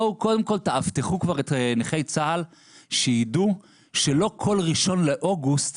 קודם כל תאבטחו את נכי צה"ל שיידעו שלא כל 1 באוגוסט